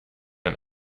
ein